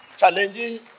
Challenging